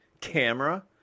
Camera